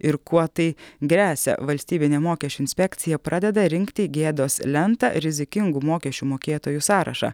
ir kuo tai gresia valstybinė mokesčių inspekcija pradeda rinkti gėdos lentą rizikingų mokesčių mokėtojų sąrašą